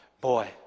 boy